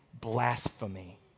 blasphemy